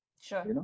Sure